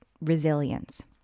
resilience